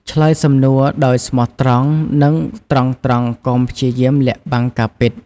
ឆ្លើយសំណួរដោយស្មោះត្រង់ និងត្រង់ៗកុំព្យាយាមលាក់បាំងការពិត។